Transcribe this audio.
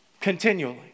Continually